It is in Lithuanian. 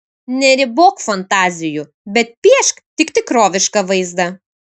neribok fantazijų bet piešk tik tikrovišką vaizdą